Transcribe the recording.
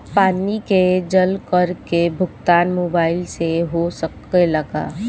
पानी के जल कर के भुगतान मोबाइल से हो सकेला का?